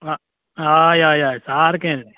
अं हय हय हय सारकें